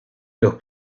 los